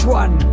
one